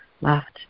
left